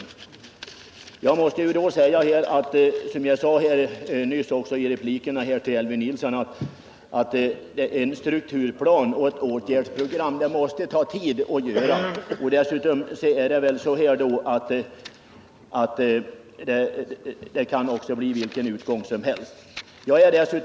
Som jag nyss sade i en replik till Elvy Nilsson, måste det ta tid att få fram en strukturplan och ett åtgärdsprogram enligt socialdemokraternas reservation. Dessutom är det väl så att det kan bli vilken utgång som helst.